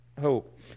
hope